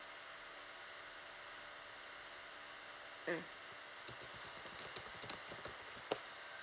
mm